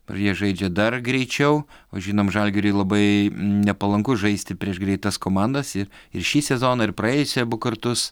ir jie žaidžia dar greičiau o žinom žalgiriui labai nepalanku žaisti prieš greitas komandas ir ir šį sezoną ir praėjusį abu kartus